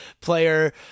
Player